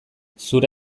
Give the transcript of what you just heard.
zure